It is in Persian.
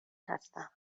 هستم